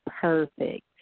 perfect